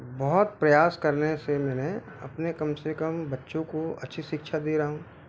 बहुत प्रयास करने से मैंने अपने कम से कम बच्चों को अच्छी शिक्षा दे रहा हूँ